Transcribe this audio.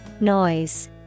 Noise